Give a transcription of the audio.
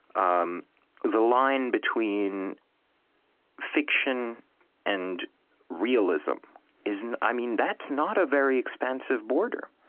um the line between fiction and realism isn't i mean, that's not a very expansive border.